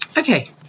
Okay